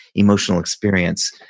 emotional experience.